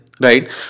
right